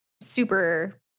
super